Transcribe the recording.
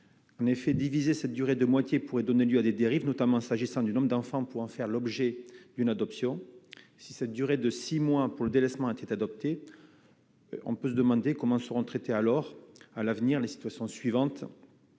en effet divisé cette durée de moitié pourrait donner lieu à des dérives, notamment s'agissant du nombre d'enfants pour faire l'objet d'une adoption si cette durée de 6 mois pour délaissement était adopté. On peut se demander comment seront traités alors à l'avenir les situations suivantes